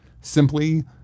simply